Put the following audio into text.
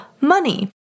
money